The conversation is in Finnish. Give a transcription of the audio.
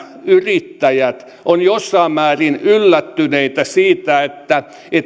yrittäjät on jossain määrin yllättynyt siitä että